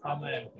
Amen